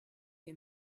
you